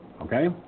Okay